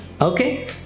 Okay